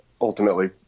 ultimately